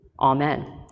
Amen